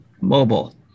mobile